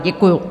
Děkuju.